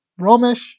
Ramesh